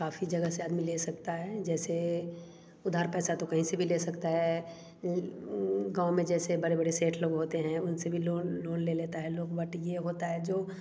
काफ़ी जगह से आदमी ले सकता है जैसे उधार पैसा तो कहीं से भी ले सकता है गाँव में जैसे बड़े बड़े सेठ लोग होते हैं उनसे भी लोन लोन ले लेता है लोग बट ये होता है जो